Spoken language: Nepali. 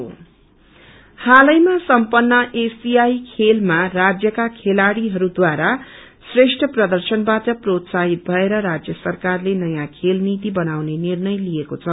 स्पोटस हलैमा सम्पन्न एशियाई खेलमा राज्यका खेलाडीहरूद्वारा श्रेष्ट प्रर्दशनबाट प्रोत्साहित भएर राज्य सरकारले नयाँ खेल नीति बनाउने निर्णय लिएको छ